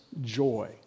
joy